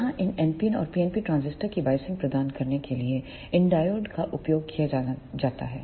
यहाँ इन NPN और PNP ट्रांजिस्टर को बायसिंग प्रदान करने के लिए इन डायोड का उपयोग किया जाता है